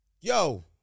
Yo